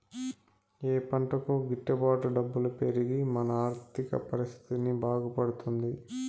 ఏ పంటకు గిట్టు బాటు డబ్బులు పెరిగి మన ఆర్థిక పరిస్థితి బాగుపడుతుంది?